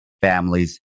families